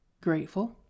grateful